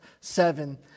seven